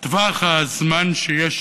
טווח הזמן שיש